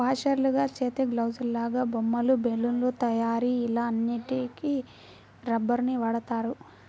వాషర్లుగా, చేతిగ్లాసులాగా, బొమ్మలు, బెలూన్ల తయారీ ఇలా అన్నిటికి రబ్బరుని వాడుతారు